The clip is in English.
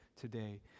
today